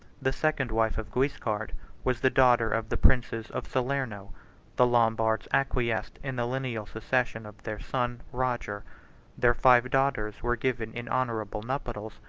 the second wife of guiscard was the daughter of the princes of salerno the lombards acquiesced in the lineal succession of their son roger their five daughters were given in honorable nuptials,